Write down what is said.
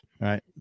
Right